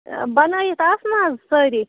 بَنٲوِتھ آسہٕ نا حظ سٲری